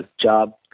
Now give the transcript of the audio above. job